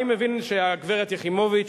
אני מבין שהגברת יחימוביץ,